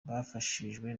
bafashijwe